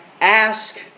ask